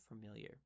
familiar